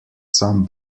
some